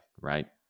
right